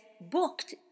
booked